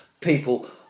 people